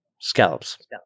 scallops